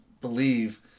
believe